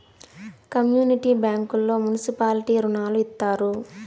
community బ్యాంకుల్లో municipality రుణాలు ఇత్తారు